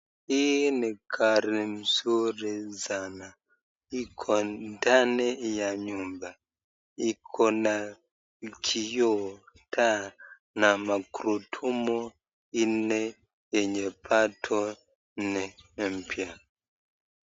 Hii ni gari nzuri sana, iko ndani ya nyumba iko na kioo, taa na magurudumu nne na bado ni mpya.